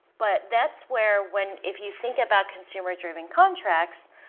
but that's where when if you think about consumer-driven contracts,